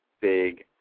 big